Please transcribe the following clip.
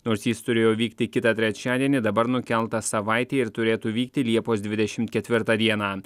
nors jis turėjo vykti kitą trečiadienį dabar nukeltas savaitei ir turėtų vykti liepos dvidešimt ketvirtą dieną